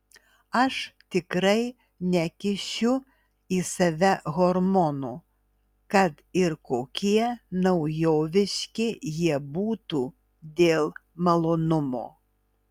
aš tikrai nekišiu į save hormonų kad ir kokie naujoviški jie būtų dėl malonumo